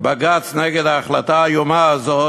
בג"ץ נגד ההחלטה האיומה הזאת.